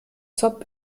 zob